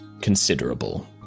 considerable